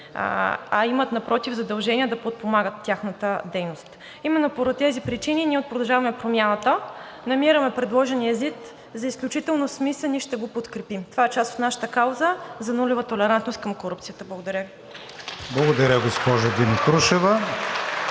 а напротив, имат задължение да подпомагат тяхната дейност. Именно поради тези причини ние от „Продължаваме Промяната“ намираме предложения ЗИД за изключително смислен и ще го подкрепим, това е част от нашата кауза за нулева толерантност към корупцията. Благодаря Ви. (Ръкопляскания от